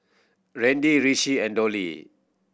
Randy Rishi and Dolly